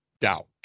doubt